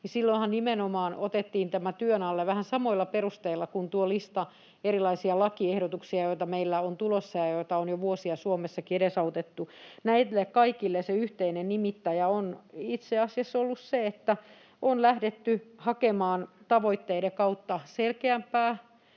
silloinhan nimenomaan otettiin tämä työn alle vähän samoilla perusteilla kuin tuo lista erilaisia lakiehdotuksia, joita meillä on tulossa ja joita on jo vuosia Suomessakin edesautettu. Näille kaikille yhteinen nimittäjä on itse asiassa ollut se, että on lähdetty hakemaan tavoitteiden kautta selkeämpää